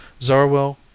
Zarwell